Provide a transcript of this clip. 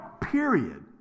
period